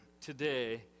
today